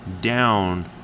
down